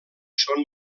són